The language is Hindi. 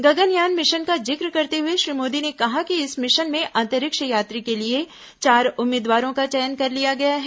गगनयान मिशन का जिक्र करते हुए श्री मोदी ने कहा कि इस मिशन में अंतरिक्ष यात्री के लिए चार उम्मीदवारों का चयन कर लिया गया है